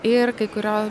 ir kai kurio